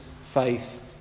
faith